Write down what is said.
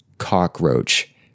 cockroach